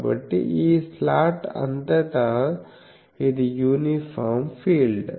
కాబట్టి ఈ స్లాట్ అంతటా ఇది యూనిఫామ్ ఫీల్డ్